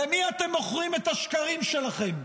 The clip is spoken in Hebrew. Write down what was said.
למי אתם מוכרים את השקרים שלכם?